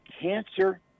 cancer